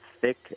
thick